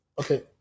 Okay